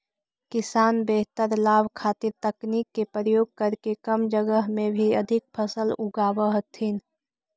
किसान बेहतर लाभ खातीर तकनीक के प्रयोग करके कम जगह में भी अधिक फसल उगाब हथिन